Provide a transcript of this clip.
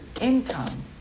income